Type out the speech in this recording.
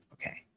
Okay